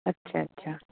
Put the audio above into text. अच्छा अच्छा